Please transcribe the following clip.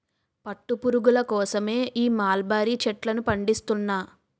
పట్టు పురుగుల కోసమే ఈ మలబరీ చెట్లను పండిస్తున్నా